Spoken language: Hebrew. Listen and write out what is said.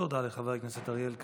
תודה לחבר הכנסת אריאל קלנר.